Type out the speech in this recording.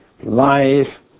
life